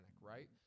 right